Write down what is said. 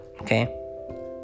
okay